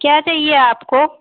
क्या चाहिए आपको